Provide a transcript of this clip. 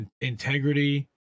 integrity